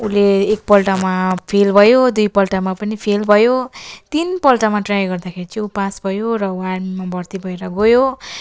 उसले एकपल्टमा फेल भयो दुईपल्टमा पनि फेल भयो तिनपल्टमा ट्राई गर्दाखेरि चाहिँ ऊ पास भयो र ऊ आर्मीमा भर्ती भएर गयो